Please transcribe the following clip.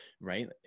right